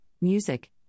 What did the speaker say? music